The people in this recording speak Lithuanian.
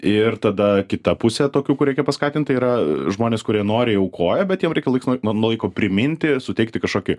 ir tada kita pusė tokių kur reikia paskatint tai yra žmonės kurie noriai aukoja bet jiem reikia laiks nuo nuo laiko priminti suteikti kažkokį